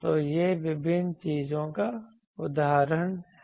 तो यह विभिन्न चीजों का उदाहरण है